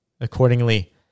Accordingly